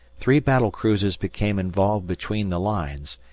three battle cruisers became involved between the lines,